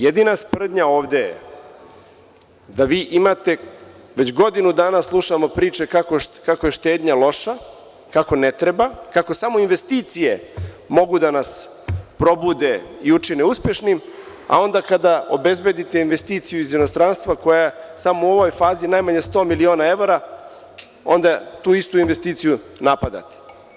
Jedina „sprdnja“ ovde jeste da mi godinu dana već slušamo priče kako je štednja loša, kako ne treba, kako samo investicije mogu da nas probude i učine uspešnim, a onda kada obezbedite investiciju iz inostranstva koja samo u ovoj fazi najmanje 100 miliona evra, onda tu istu investiciju napadate.